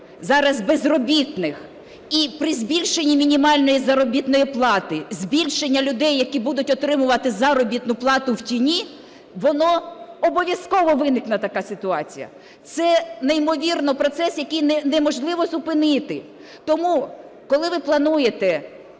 зараз безробітних, і при збільшені мінімальної заробітної плати збільшення людей, які будуть отримувати заробітну плату в тіні, воно... обов'язково виникне така ситуація. Це неймовірний процес, який неможливо зупинити. Тому, коли ви плануєте